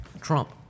Trump